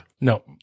No